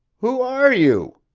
who are you?